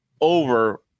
over